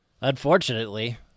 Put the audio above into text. Unfortunately